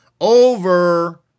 over